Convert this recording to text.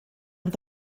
and